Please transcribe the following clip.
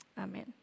Amen